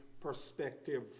perspective